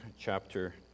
chapter